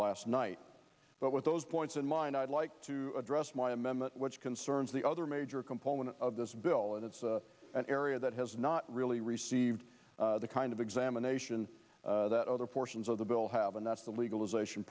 last night but with those points in mind i'd like to address my amendment which concerns the other major component of this bill and it's an area that has not really received the kind of examination that other portions of the bill have and that's the legalization